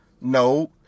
no